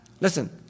Listen